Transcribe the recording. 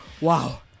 wow